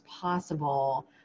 possible